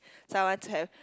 so I want to have